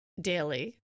daily